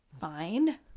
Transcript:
fine